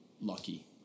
lucky